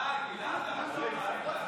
אינה נוכחת, חבר הכנסת בליאק,